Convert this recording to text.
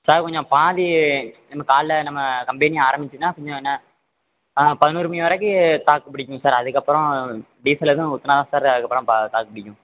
sir கொஞ்சம் பாதி நம்ம காலைல நம்ம கம்பெனி ஆரமிச்சிதுன்னா கொஞ்சம் ஏன்னா ஆ பதினோரு மணி வரைக்கும் தாக்கு பிடிக்கும் சார் அதற்கப்பறம் டீசல் எதுவும் ஊற்றுனாதான் சார் அதற்கப்பறம் ப தாக்கு பிடிக்கும்